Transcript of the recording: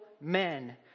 men